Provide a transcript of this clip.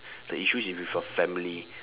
the issues is with your family